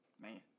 Man